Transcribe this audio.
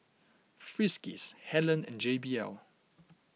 Friskies Helen and J B L